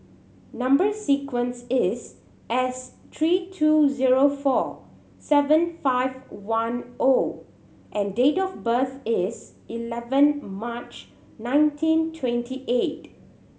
number sequence is S three two zero four seven five one O and date of birth is eleven March nineteen twenty eight